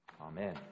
Amen